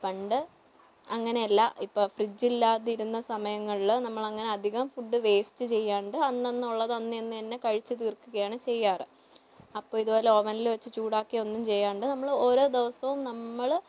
പണ്ട് അങ്ങനെയല്ല ഇപ്പം ഫ്രിഡ്ജില്ലാതിരുന്ന സമയങ്ങളിൽ നമ്മൾ അങ്ങനെ അധികം ഫുഡ് വേസ്റ്റ് ചെയ്യാണ്ട് അന്നന്നുള്ളത് അന്നന്നു തന്നെ കഴിച്ചു തീർക്കുകയാണ് ചെയ്യാറ് അപ്പോൾ ഇതുപോലെ അവനിൽ വെച്ച് ചൂടാക്കി ഒന്നും ചെയ്യാണ്ട് നമ്മൾ ഓരോ ദിവസവും നമ്മൾ